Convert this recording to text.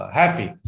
happy